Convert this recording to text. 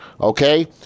Okay